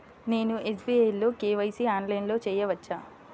నేను ఎస్.బీ.ఐ లో కే.వై.సి ఆన్లైన్లో చేయవచ్చా?